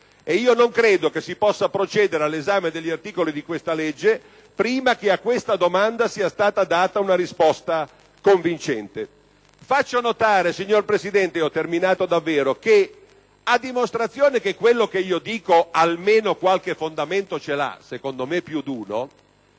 E io non credo che si possa procedere all'esame degli articoli di questo disegno di legge prima che a questa domanda sia stata data una risposta convincente. Faccio notare, signor Presidente, che, a dimostrazione del fatto che quello che dico almeno qualche fondamento ce l'ha (secondo me, più d'uno),